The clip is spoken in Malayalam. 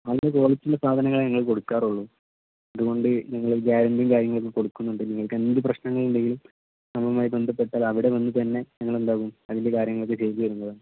നല്ല ക്വാളിറ്റി ഉള്ള സാധനങ്ങളെ ഞങ്ങൾ കൊടുക്കാറുള്ളൂ അതുകൊണ്ട് ഞങ്ങൾ ഗ്യാരൻണ്ടിയും കാര്യങ്ങളൊക്കെ കൊടുക്കുന്നുണ്ട് നിങ്ങൾക്ക് എന്ത് പ്രശ്നങ്ങൾ ഉണ്ടെങ്കിലും ഞങ്ങളുമായി ബന്ധപ്പെട്ടാൽ അവിടെ വന്ന് തന്നെ ഞങ്ങൾ എന്താക്കും അതിൻ്റെ കാര്യങ്ങളൊക്കെ ചെയ്ത് തരുന്നതാണ്